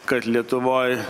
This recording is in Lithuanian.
kad lietuvoj